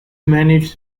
managed